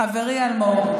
חברי אלמוג,